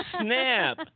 snap